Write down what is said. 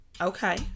okay